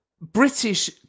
British